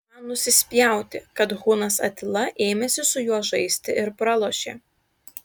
man nusispjauti kad hunas atila ėmėsi su juo žaisti ir pralošė